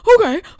okay